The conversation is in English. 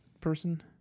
person